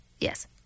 Yes